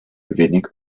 wenig